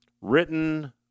written